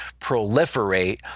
proliferate